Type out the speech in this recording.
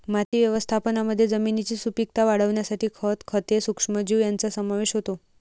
माती व्यवस्थापनामध्ये जमिनीची सुपीकता वाढवण्यासाठी खत, खते, सूक्ष्मजीव यांचा समावेश होतो